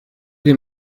des